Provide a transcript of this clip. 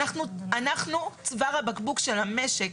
שאנחנו צוואר הבקבוק של המשק.